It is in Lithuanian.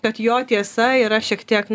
kad jo tiesa yra šiek tiek